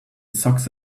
socks